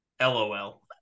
lol